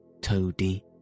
Toadie